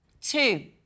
Two